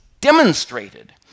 demonstrated